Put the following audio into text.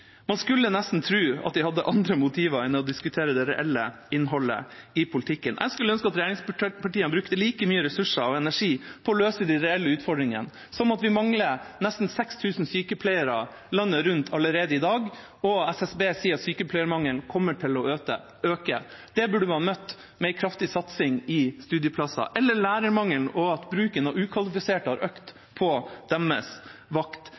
Man skulle nesten tro at de hadde andre motiver enn å diskutere det reelle innholdet i politikken. Jeg skulle ønske at regjeringspartiene brukte like mye ressurser og energi på å løse de reelle utfordringene, som at vi mangler nesten 6 000 sykepleiere landet rundt allerede i dag. SSB sier at sykepleiermangelen kommer til å øke også. Det burde man møtt med en kraftig satsing på studieplasser. Eller til lærermangelen og at bruken av ukvalifiserte har økt på regjeringspartienes vakt: